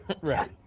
right